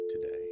today